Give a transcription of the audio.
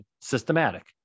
Systematic